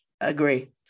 Agree